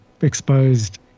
exposed